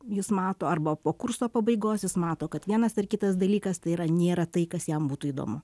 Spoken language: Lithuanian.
jis mato arba po kurso pabaigos jis mato kad vienas ar kitas dalykas tai yra nėra tai kas jam būtų įdomu